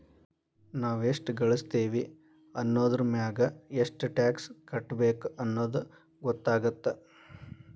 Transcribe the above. ನಾವ್ ಎಷ್ಟ ಗಳಸ್ತೇವಿ ಅನ್ನೋದರಮ್ಯಾಗ ಎಷ್ಟ್ ಟ್ಯಾಕ್ಸ್ ಕಟ್ಟಬೇಕ್ ಅನ್ನೊದ್ ಗೊತ್ತಾಗತ್ತ